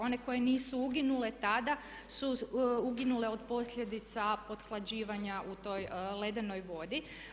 One koje nisu uginule tada su uginule od posljedica pothlađivanja u toj ledenoj vodi.